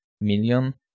million